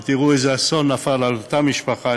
ותראו איזה אסון נפל על אותה משפחה.